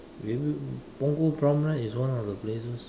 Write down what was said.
maybe Punggol Promenade is one of the places